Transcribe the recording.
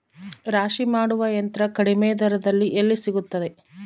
ರಾಶಿ ಮಾಡುವ ಯಂತ್ರ ಕಡಿಮೆ ದರದಲ್ಲಿ ಎಲ್ಲಿ ಸಿಗುತ್ತದೆ?